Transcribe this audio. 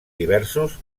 diversos